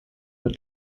mit